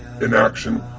Inaction